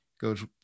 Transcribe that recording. goes